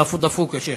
(אומר בערבית: עלה והצלח, שיח'.)